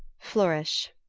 flourish.